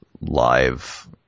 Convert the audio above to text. live